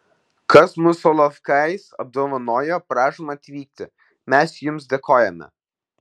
kas mus solovkais apdovanojo prašom atvykti mes jums dėkojame